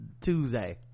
tuesday